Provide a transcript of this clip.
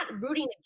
rooting